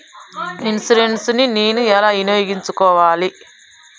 Insurance ని నేను ఎలా వినియోగించుకోవాలి?